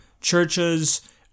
churches